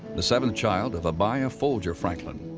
the seventh child of abiah folger franklin,